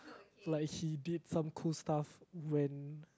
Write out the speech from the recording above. like he did some cool stuff when